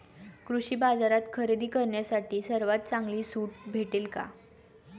कृषी बाजारात खरेदी करण्यासाठी सर्वात चांगली सूट भेटेल का?